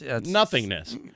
Nothingness